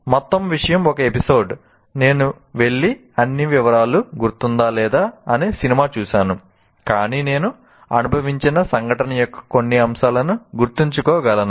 మొత్తం విషయం ఒక ఎపిసోడ్ నేను వెళ్లి అన్ని వివరాలు గుర్తుందా లేదా అని సినిమా చూశాను కాని నేను అనుభవించిన సంఘటన యొక్క కొన్ని అంశాలను గుర్తుంచుకోగలను